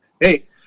hey